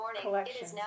collection